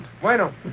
Bueno